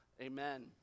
Amen